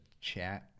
chat